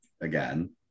again